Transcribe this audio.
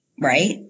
Right